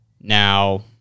Now